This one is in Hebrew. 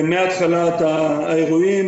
מהתחלת האירועים,